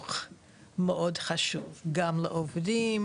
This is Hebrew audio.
חינוך מאוד חשוב גם לעובדים,